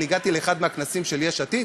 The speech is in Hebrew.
אני הגעתי לאחד הכנסים של יש עתיד,